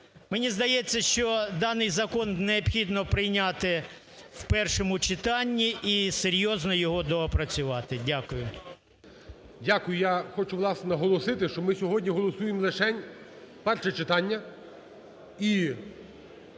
Мені здається, що даний закон необхідно прийняти в першому читанні і серйозно його доопрацювати. Дякую. ГОЛОВУЮЧИЙ. Дякую. Я хочу, власне, наголосити, що ми сьогодні голосуємо лишень перше читання.